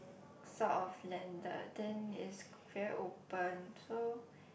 sort of landed then it's very open so